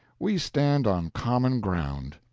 we stand on common ground.